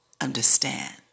Understand